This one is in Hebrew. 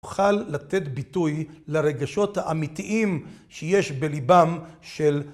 יוכל לתת ביטוי לרגשות האמיתיים שיש בליבם של...